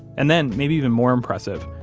and then, maybe even more impressive,